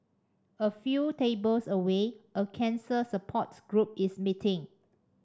a few tables away a cancer support group is meeting